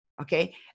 Okay